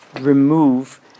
remove